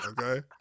Okay